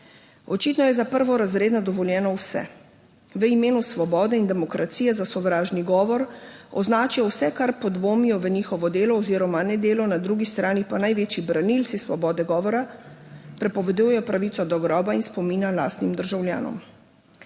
Očitno je za prvorazredne dovoljeno vse v imenu svobode in demokracije. Za sovražni govor označijo vse, kar podvomijo v njihovo delo oziroma nedelo, na drugi strani pa največji branilci svobode govora prepovedujejo pravico do groba in spomina lastnim državljanom.